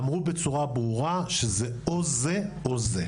אמרו בצורה ברורה שזה, או זה, או זה,